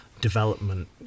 Development